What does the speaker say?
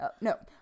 No